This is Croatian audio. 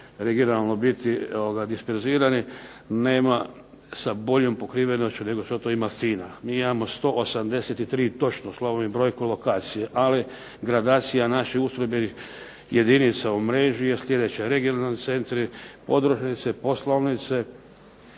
regionalno biti disperzirani, nema sa boljom pokrivenošću nego što to ima FINA. Mi imamo 183 točno slovom i brojkom lokacije, ali gradacija naših ustrojbenih jedinica u mreži je sljedeća: regionalni centri, podružnice, poslovnice,